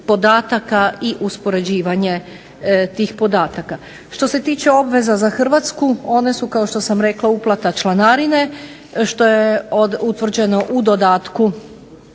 podataka i uspoređivanje tih podataka. Što se tiče obveza za Hrvatsku, ona su kao što sam rekla uplata članarine, što je utvrđeno u dodatku